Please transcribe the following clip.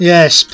Yes